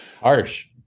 Harsh